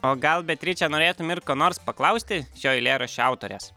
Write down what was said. o gal beatriče norėtum ir ko nors paklausti šio eilėraščio autorės